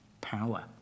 power